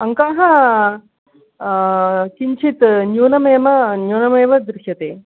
अङ्काः किञ्चित् न्यूनमेव दृश्यते